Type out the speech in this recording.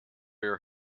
your